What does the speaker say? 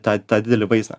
tą tą didelį vaizdą